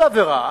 זו עבירה